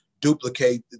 duplicate